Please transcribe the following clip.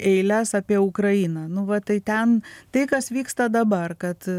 eiles apie ukrainą nu va tai ten tai kas vyksta dabar kad